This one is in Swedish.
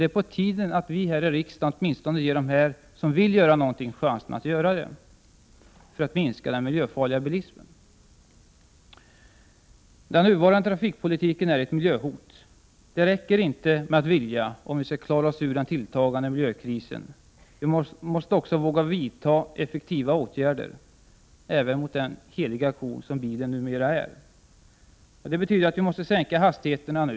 Det är på tiden för oss här i riksdagen att ge åtminstone dem som vill göra något chansen att göra det för att minska den miljöfarliga bilismen. Den nuvarande trafikpolitiken är ett miljöhot. Det räcker inte med att vilja om vi skall klara oss ur den tilltagande miljökrisen. Vi måste också våga vidta effektiva åtgärder — även mot den heliga ko som bilen numera är. Det betyder att vi måste sänka hastigheterna nu.